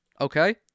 okay